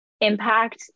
impact